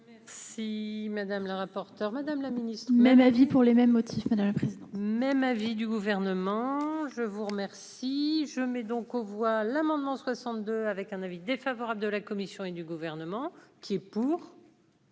Merci madame la rapporteure, Madame la Ministre. Même avis pour les mêmes motifs, la présidente. Même avis du Gouvernement je vous remercie, je mets donc aux voix l'amendement 62 avec un avis défavorable de la Commission et du gouvernement qui est pour.